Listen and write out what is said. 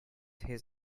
his